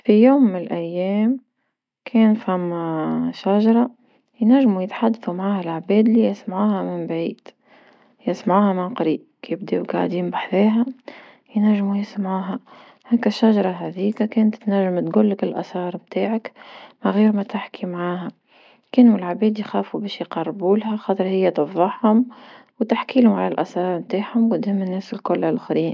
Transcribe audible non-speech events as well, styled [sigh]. في يوم من الأيام كان فما شجرة [hesitation] ينجمو يتحدثو معاه لعباد لي يسمعوها من بعيد، يسمعوها من قريب كي يبدو قاعدين بحذها ينجمو يسمعوها، هاكا شجرة هاذيك كانت تنجم تقولك الأسرار متاعك من غير ما تحكي معاها كانوا العباد يخافوا باش يقربوا لها خاطر هي تفضحهم وتحكي لهم على الأسرار متاعهم قدام الناس الكل لخرين.